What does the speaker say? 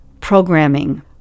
programming